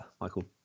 Michael